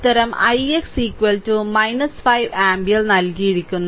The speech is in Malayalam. ഉത്തരം ix 5 ആമ്പിയർ നൽകിയിരിക്കുന്നു